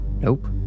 Nope